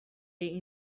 day